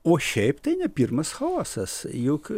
o šiaip tai ne pirmas chaosas juk